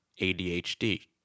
ADHD